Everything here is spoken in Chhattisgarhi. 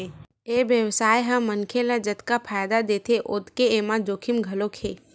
ए बेवसाय ह मनखे ल जतका फायदा देथे ओतके एमा जोखिम घलो हे